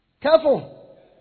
Careful